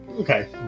okay